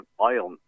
oil